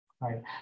right